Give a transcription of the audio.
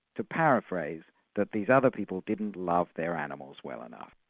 to paraphrase, that these other people didn't love their animals well enough.